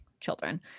children